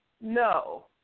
no